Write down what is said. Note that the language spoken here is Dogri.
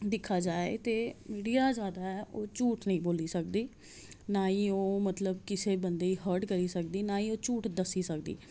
दिखा जाए ते मीडिया जादा ऐ ओह् झूठ निं बोली सकदी ना ई ओह् मतलब किसे बंदे ई हर्ट करी सकदी ना ई झूठ दस्सी सकदी